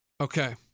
Okay